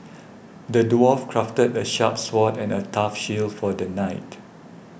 the dwarf crafted a sharp sword and a tough shield for the knight